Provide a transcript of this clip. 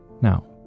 Now